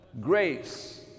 grace